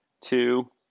two